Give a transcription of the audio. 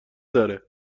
داره